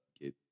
get